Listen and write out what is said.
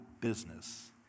business